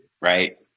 right